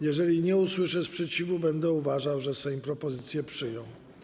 Jeżeli nie usłyszę sprzeciwu, będę uważał, że Sejm propozycję przyjął.